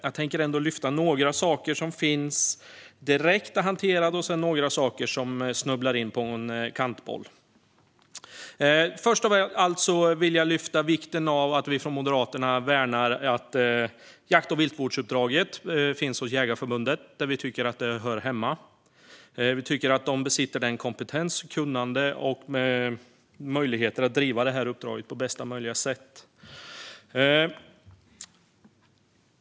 Jag tänker ändå lyfta några saker som är direkt hanterade och sedan några saker som snubblar in på en kantboll. Först av allt vill jag lyfta att vi från Moderaterna värnar att jakt och viltvårdsuppdraget finns hos Jägareförbundet, där vi tycker att det hör hemma. Vi tycker att de besitter den kompetens och det kunnande som krävs och därför har möjlighet att utföra uppdraget på bästa möjliga sätt.